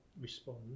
respond